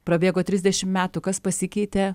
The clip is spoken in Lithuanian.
prabėgo trisdešimt metų kas pasikeitė